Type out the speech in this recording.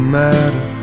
matter